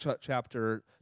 chapter